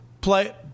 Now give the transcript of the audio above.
play